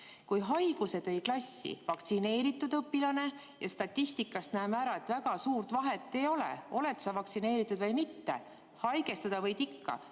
Kui haiguse tõi klassi vaktsineeritud õpilane – ja statistikast näeme ära, et väga suurt vahet ei ole, oled sa vaktsineeritud või mitte, haigestuda võid ikka